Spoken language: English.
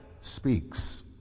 Speaks